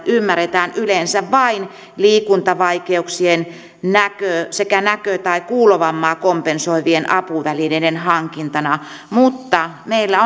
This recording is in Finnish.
ymmärretään yleensä vain liikuntavaikeuksien sekä näkö tai kuulovammaa kompensoivien apuvälineiden hankintana mutta meillä